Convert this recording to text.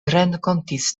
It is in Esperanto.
renkontis